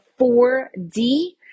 4D